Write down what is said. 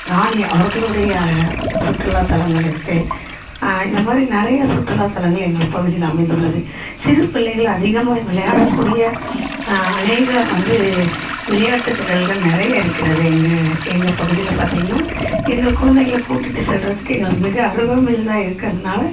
ராணி அவர்களுடைய சுற்றுலாத்தலங்கள் இருக்கு இத மாரி நிறையா சுற்றுலாத்தலங்கள் எங்கள் பகுதியில் அமைந்துள்ளது சிறுப்பிள்ளைகள் அதிகமாக விளையாடக்கூடிய அநேக வந்து விளையாட்டுத்திடல்கள் நிறைய இருக்கிறது எங்கள் எங்கள் பகுதியில் பார்த்திங்கனா எங்கள் குழந்தைங்கள கூட்டிகிட்டு செல்லுறதுக்கு எங்களுக்கு மிக அருகாமையில் தான் இருக்கிறதுனால